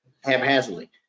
haphazardly